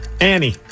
Annie